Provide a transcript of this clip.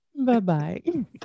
Bye-bye